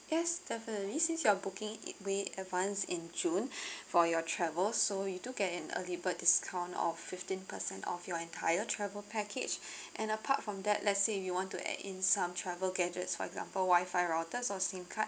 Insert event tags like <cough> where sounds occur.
yes definitely since you are booking in way advanced in june <breath> for your travels so you do get an early bird discount of fifteen percent off your entire travel package and apart from that let's say if you want to add in some travel gadgets for example wi-fi routers or SIM card